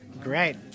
great